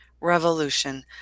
Revolution